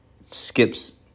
skips